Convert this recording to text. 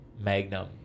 Magnum